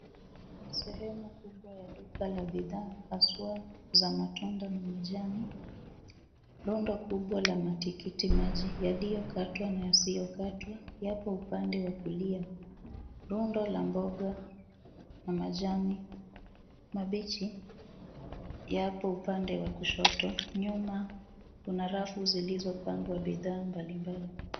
Ni sehemu kubwa ya duka la bidhaa haswa za matunda na majani. Rundo kubwa la matikiti maji yaliyo katwa na yasiyokatwa yapo upande wa kulia. Rundo la mboga na majani mabichi yapo upande wa kushoto. Nyuma kuna rafu zilizopangwa bidhaa mbalimbali.